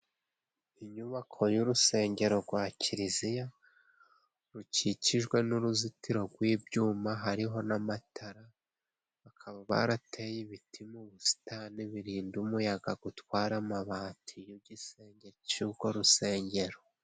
Inyubako y'urusengero gwa kiliziya rukikijwe n'uruzitiro gw'ibyuma hariho n'amatara akaba barateye ibiti mu busitani birinda umuyaga gutwara amabati y'igisenge cy'ugo rusengero.